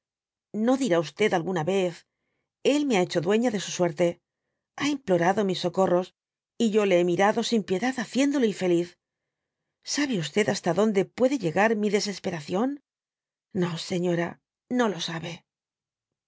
no dirá usted alguna vez él me ha hecho dueño de su suerte ka implorado mis socorros y yo le he mirado sin piedad haciéndolo infeliz sabe hasta donde puede llegar mi desesperación no señora no lo sabe